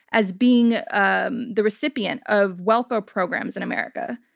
as being um the recipient of welfare programs in america.